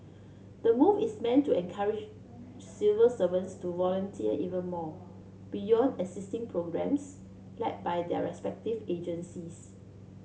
the move is meant to encourage civil servants to volunteer even more beyond existing programmes led by their respective agencies